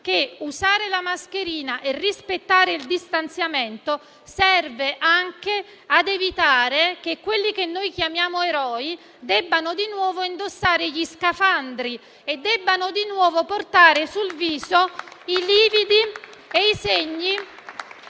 che usare la mascherina e rispettare il distanziamento serve anche a evitare che quelli che chiamiamo eroi debbano di nuovo indossare gli "scafandri" e portare sul viso i lividi e i segni